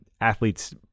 athletes